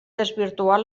desvirtuar